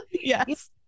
yes